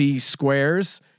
squares